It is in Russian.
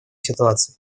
ситуаций